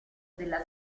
della